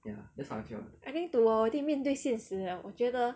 I think to 我我已经面对现实了我觉得